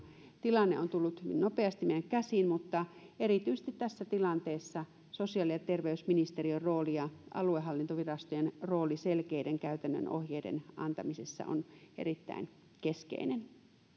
tilanne on tullut hyvin nopeasti meidän käsiimme mutta erityisesti tässä tilanteessa sosiaali ja terveysministeriön rooli ja aluehallintovirastojen rooli selkeiden käytännön ohjeiden antamisessa on erittäin keskeinen